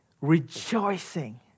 rejoicing